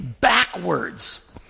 backwards